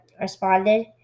responded